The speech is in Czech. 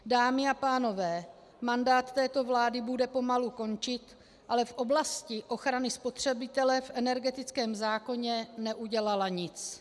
Dámy a pánové, mandát této vlády bude pomalu končit, ale v oblasti ochrany spotřebitele v energetickém zákoně neudělala nic.